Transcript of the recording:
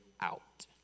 out